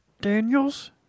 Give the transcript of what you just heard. Daniels